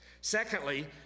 Secondly